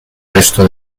resto